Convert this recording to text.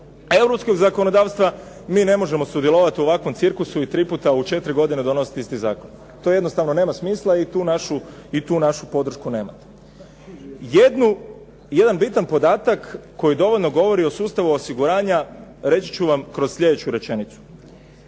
europskog zakonodavstva, mi ne možemo sudjelovati u ovakvom cirkusu i tri puta u 4 godine donositi isti zakon. To jednostavno nema smisla i tu našu podršku nemate. Jedan bitan podatak koji dovoljno govori o sustavu osiguranja reći ću vam kroz slijedeću rečenicu.